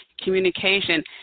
communication